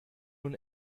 nun